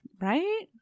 Right